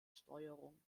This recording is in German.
steuerung